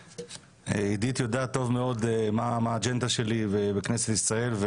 עידית יודעת טוב מאוד מה האג'נדה שלי בכנסת ישראל,